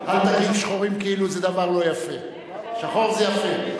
אל תגיד שחורים כאילו זה דבר לא יפה, שחור זה יפה.